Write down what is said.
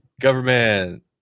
government